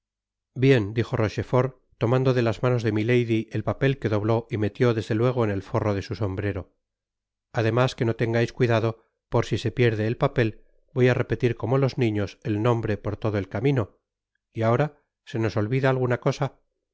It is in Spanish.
bien dijo rochefort tomando de las manos de milady el papel que dobló y metió desde luego en el forro de'su sombrero además que no tengais cuidado pues por si se pierde el papel voy á repetir como los niños el nombre por todo el camino y ahoraj'se nos olvida alguna cosa